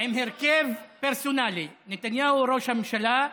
עם הרכב פרסונלי: נתניהו ראש הממשלה,